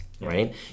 right